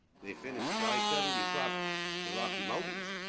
they finished i seventy across the rocky mountains